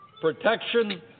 protection